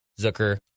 Zucker